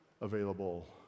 available